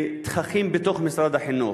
לתככים בתוך משרד החינוך.